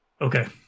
Okay